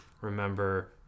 remember